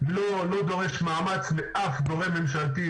לא דורש מאמץ מאף גורם ממשלתי,